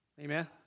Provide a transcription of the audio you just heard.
Amen